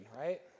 right